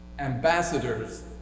ambassadors